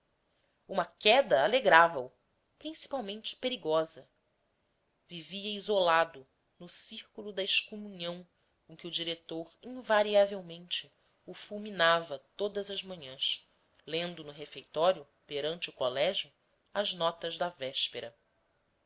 uma queda alegrava o principalmente perigosa vivia isolado no circulo da excomunhão com que o diretor invariavelmente o fulminava todas as manhãs lendo no refeitório perante o colégio as notas da véspera